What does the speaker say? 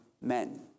men